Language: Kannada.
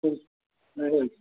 ಹಾಂ ಹೇಳ್ರಿ